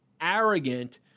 arrogant